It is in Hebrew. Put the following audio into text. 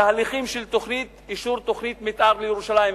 תהליכים של אישור תוכנית מיתאר לירושלים,